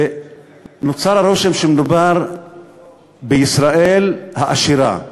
ונוצר הרושם שמדובר בישראל העשירה.